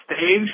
stage